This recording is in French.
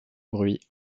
bruit